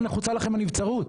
למה נחוצה לכם הנבצרות?